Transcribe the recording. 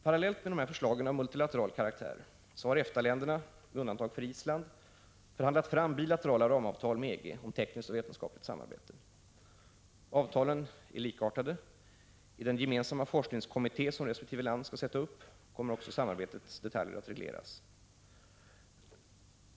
Parallellt med de här förslagen av multilateral karaktär har EFTA länderna, med undantag för Island, förhandlat fram bilaterala ramavtal med EG om tekniskt och vetenskapligt samarbete. Avtalen är likartade. I den gemensamma forskningskommitté som resp. land skall sätta upp kommer också samarbetets detaljer att regleras.